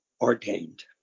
ordained